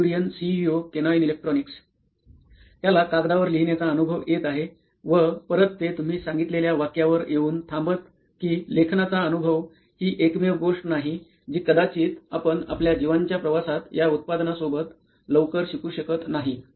Nitin Kurian COO Canine Electronics त्याला कागदावर लिहिण्याचा अनुभव येत आहेव परत ते तुम्ही सांगितलेल्या वाक्यावर येऊन थांबत कि लेखनाचा अनुभव हि एकमेव गोष्ट नाही जी कदाचित आपण आपल्या जीवांच्या प्रवासात या उत्पादनासोबत लवकर शिकू शकत नाही